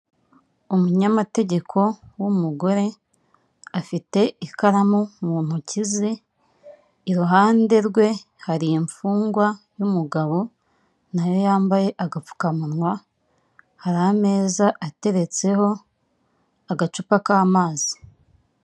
Umunyamategeko w'umugore afite ikaramu mu ntoki ze, iruhande rwe hari imfungwa y'umugabo nayo yambaye agapfukamunwa, hari ameza ateretseho agacupa k'amazi.